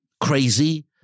crazy